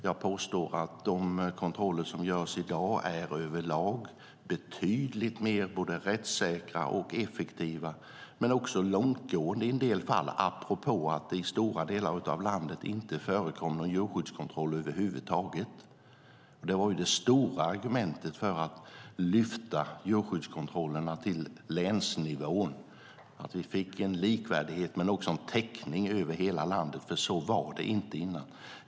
Jag påstår att de kontroller som görs i dag över lag är betydligt mer rättssäkra och effektiva men också långtgående i en del fall, apropå att det i stora delar av landet inte förekom någon djurskyddskontroll över huvud taget. Det var ju det stora argumentet för att lyfta djurskyddskontrollerna till länsnivån. Vi fick en likvärdighet men också en täckning över hela landet. Så var det inte tidigare.